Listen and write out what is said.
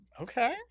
Okay